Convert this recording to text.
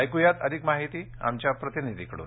ऐकुयात अधिक माहिती आमच्या प्रतिनिधीकडून